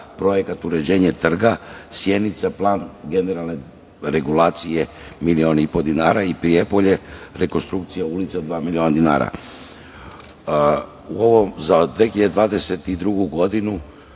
projekat uređenje trga, Sjenica - plan generalne regulacije milion i po dinara, Prijepolje – rekonstrukcija ulica dva miliona dinara.Za